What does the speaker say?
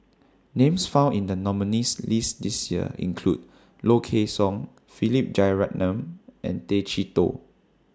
Names found in The nominees' list This Year include Low Kway Song Philip Jeyaretnam and Tay Chee Toh